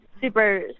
Super